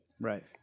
Right